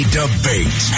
debate